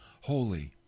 holy